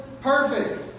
perfect